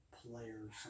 players